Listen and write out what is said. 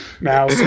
Now